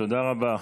תודה רבה.